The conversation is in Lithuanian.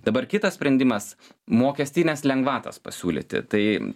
dabar kitas sprendimas mokestines lengvatas pasiūlyti tai